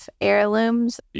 heirlooms